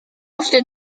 after